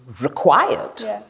required